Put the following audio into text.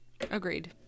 Agreed